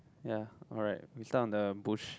ya alright we start on the bush